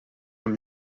amb